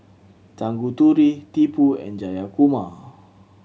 Tanguturi Tipu and Jayakumar